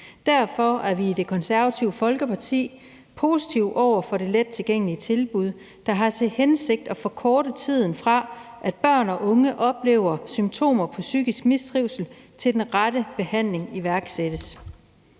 Derfor er vi i Det Konservative Folkeparti positive over for det lettilgængelige tilbud, der har til hensigt at forkorte tiden, fra at børn og unge oplever symptomer på psykisk mistrivsel, til at den rette behandling iværksættes.